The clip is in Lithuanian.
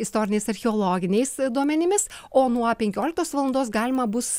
istoriniais archeologiniais duomenimis o nuo penkioliktos valandos galima bus